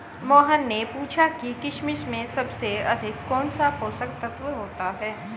मोहन ने पूछा कि किशमिश में सबसे अधिक कौन सा पोषक तत्व होता है?